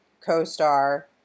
co-star